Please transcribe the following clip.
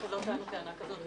לא טענו טענה כזאת.